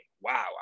Wow